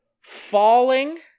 falling